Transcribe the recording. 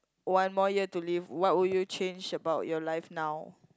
one more year to live what would you change about your life now